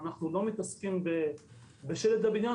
ואנחנו לא מתעסקים בשלד הבניין,